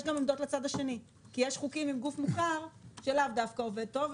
יש גם עמדות לצד השני כי יש חוקים עם גוף מוכר שלאו דווקא עובדים טוב,